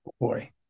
Boy